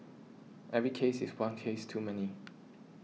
every case is one case too many